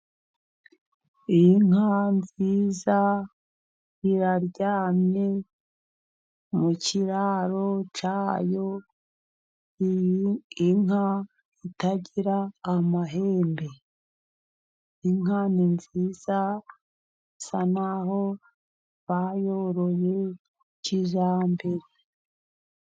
Inka nziza iraryamye mu kiraro cyayo, inka itagira amahembe. Inka ni nziza, isa n'aho bayoroye kijymbere.